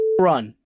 run